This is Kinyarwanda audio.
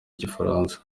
igifaransa